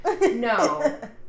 No